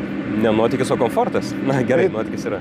ne nuotykis o komfortas na gerai nuotykis yra